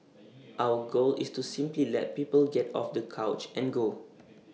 our goal is to simply let people get off the couch and go